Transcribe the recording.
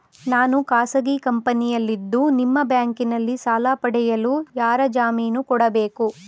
ನಾನು ಖಾಸಗಿ ಕಂಪನಿಯಲ್ಲಿದ್ದು ನಿಮ್ಮ ಬ್ಯಾಂಕಿನಲ್ಲಿ ಸಾಲ ಪಡೆಯಲು ಯಾರ ಜಾಮೀನು ಕೊಡಬೇಕು?